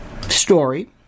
story